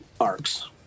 arcs